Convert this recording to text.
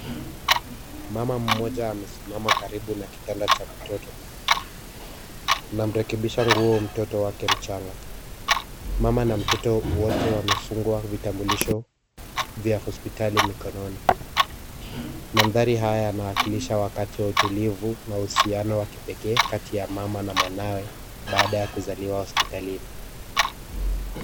Mama mmoja amesimama kando na kitanda cha mtoto. Anamrekebisha mtoto wake mchanga. Mama na mtoto wote wamefungwa na vitambulisho vya hospitali mikononi. Mandhari haya yanawakilisha wakati wa utulivu na uhusiano wa kipekee kati ya mama na mwanawe baada ya kuzaliwa hospitalini.